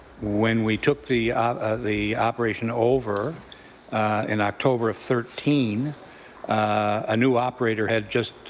when we took the the operation over in october of thirteen a new operator had just,